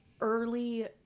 early